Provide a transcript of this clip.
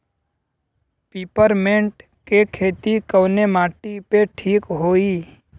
Peppermint के खेती कवने माटी पे ठीक होई?